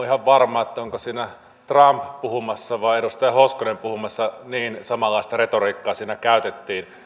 ihan varma onko siinä trump puhumassa vai edustaja hoskonen puhumassa niin samanlaista retoriikkaa siinä käytettiin